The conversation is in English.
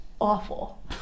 awful